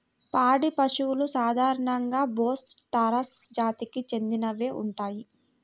పాడి పశువులు సాధారణంగా బోస్ టారస్ జాతికి చెందినవే ఉంటాయి